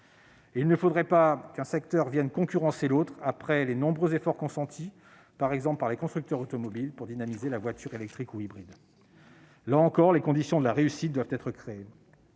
il ne faudrait pas qu'un secteur vienne en concurrencer un autre, après les nombreux efforts déjà consentis, par exemple par les constructeurs automobiles, pour dynamiser la voiture électrique ou hybride. Là encore, les conditions de la réussite doivent être créées.